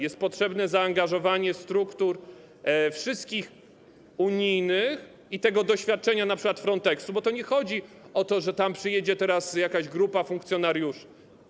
Jest potrzebne zaangażowanie wszystkich struktur unijnych i doświadczenie np. Fronteksu, bo to nie chodzi o to, że tam przyjedzie teraz jakaś grupa funkcjonariuszy.